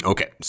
Okay